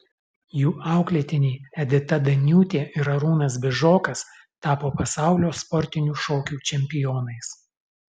jų auklėtiniai edita daniūtė ir arūnas bižokas tapo pasaulio sportinių šokių čempionais